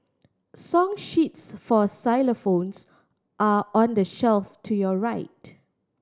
song sheets for xylophones are on the shelf to your right